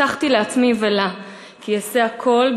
הבטחתי לעצמי ולה כי אעשה הכול,